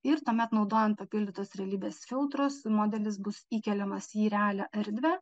ir tuomet naudojant papildytos realybės filtrus modelis bus įkeliamas į realią erdvę